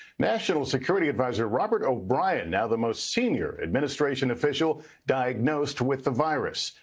national security adviser robert o'brian now the most senior administration official diagnosed with the virus.